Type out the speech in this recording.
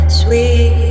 sweet